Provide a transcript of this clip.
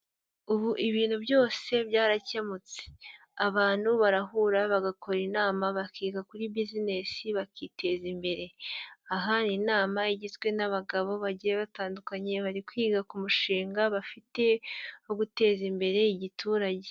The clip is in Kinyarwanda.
Ubu ibintu byose byarakemutse, abantu barahura, bagakora inama bakiga kuri buzinesi bakiteza imbere, ahani inama igizwe n'abagabo bagiye batandukanye, bari kwiga ku mushinga bafite wo guteza imbere igiturage.